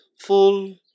full